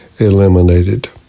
eliminated